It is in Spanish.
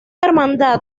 hermandad